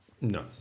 no